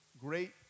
great